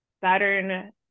Saturn